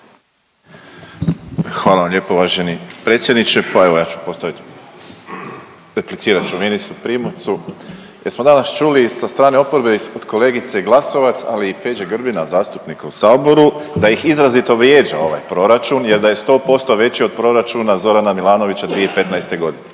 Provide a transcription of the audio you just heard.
Hvala vam lijepa uvaženi predsjedniče. Pa evo ja ću postavit, replicirat ću ministru Primorcu jer smo danas čuli sa oporbe ispred kolegice Glasovac, ali i Peđe Grbina zastupnika u saboru da ih izrazito vrijeđa ovaj proračun jer da je 100% veći od proračuna Zorana Milanovića 2015. godine,